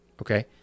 okay